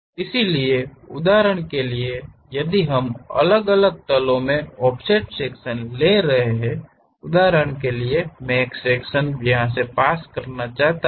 इसलिए उदाहरण के लिए यदि हम अलग अलग तलो में ऑफसेट सेक्शन ले रहे हैं उदाहरण के लिए मैं एक सेक्शन पास करना चाहता हूं